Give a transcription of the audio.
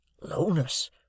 Lowness